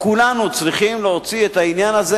כולנו צריכים להוציא את העניין הזה